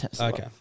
Okay